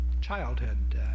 childhood